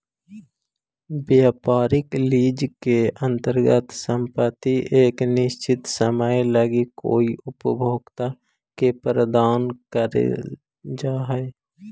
व्यापारिक लीज के अंतर्गत संपत्ति एक निश्चित समय लगी कोई उपभोक्ता के प्रदान कईल जा हई